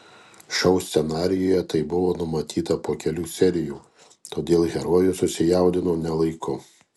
šou scenarijuje tai buvo numatyta po kelių serijų todėl herojus susijaudino ne laiku